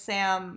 Sam